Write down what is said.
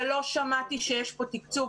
ולא שמעתי שיש פה תקצוב,